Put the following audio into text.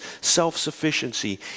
self-sufficiency